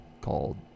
called